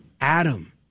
Adam